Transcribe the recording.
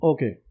Okay